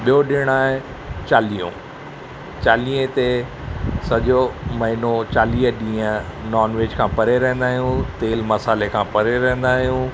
ॿियो ॾिणु आहे चालीहो चालीहें ते सॼो महिनो चालीह ॾींहं नॉन वेज खां परे रहंदा आहियूं तेल मसाले खां परे रहंदा आहियूं